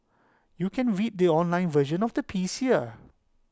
you can read the online version of the piece here